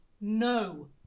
no